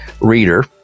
reader